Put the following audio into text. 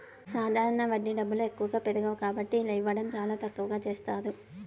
సాధారణ వడ్డీ డబ్బులు ఎక్కువగా పెరగవు కాబట్టి ఇలా ఇవ్వడం చాలా తక్కువగా చేస్తారు